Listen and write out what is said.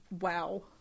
wow